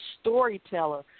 storyteller